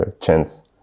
chance